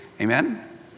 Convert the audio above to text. Amen